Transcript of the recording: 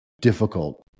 difficult